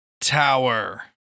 tower